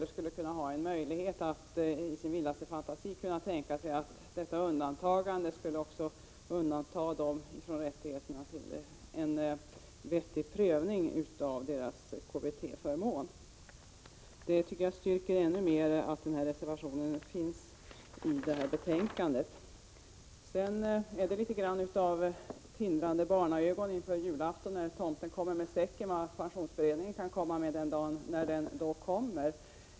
De skulle inte i sin vildaste fantasi ha kunnat tänka sig att valet av undantagande också skulle undanta dem från rättigheter till en vettig prövning av deras KBT-förmån. Detta tycker jag ännu mer styrker den reservation som finns till betänkandet. Det är litet av julaftonens tindrande barnaögon inför vad tomten kommer med i säcken som också lyser inför vad pensionsberedningen kan lägga fram när den är klar med sitt uppdrag.